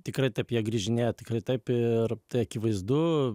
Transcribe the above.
tikrai jie grįžinėja tikrai taip ir tai akivaizdu